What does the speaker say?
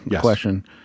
question